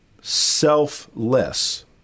selfless